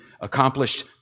accomplished